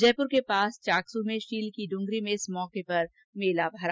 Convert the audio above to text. जयप्र के पास चाकसू में शील की डूंगरी में इस मौके पर मेला भरा